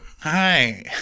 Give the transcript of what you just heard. Hi